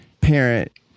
parent